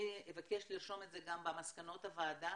אני אבקש לרשום את זה גם במסקנות הוועדה